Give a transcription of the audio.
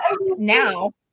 now